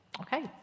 Okay